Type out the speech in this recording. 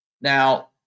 Now